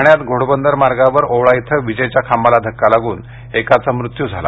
ठाण्यात घोडबंदर मार्गावर ओवळा इथं विजेच्या खांबाला धक्का लागून एकाचा मृत्यू झाला